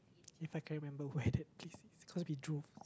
if I can remember where's that place cause we drove